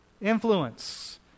influence